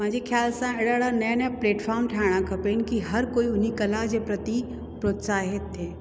मुंहिंजे ख़्यालु सां अहिड़ा अहिड़ा नवां नवां प्लेटफ़ॉम ठाहिणा खपेनि कि हर कोई हुन कला जे प्रति प्रोत्साहित थिए